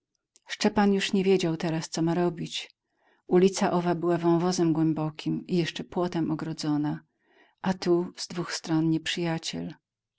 szczepan już nie wiedział teraz co ma robić ulica owa była wąwozem głębokim i jeszcze płotem ogrodzona a tu z dwóch stron